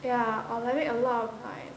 ya or like make a lot of noise